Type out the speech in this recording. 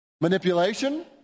manipulation